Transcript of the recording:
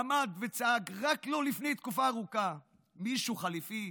עמד וצעק רק לפני תקופה לא ארוכה מישהו חליפי,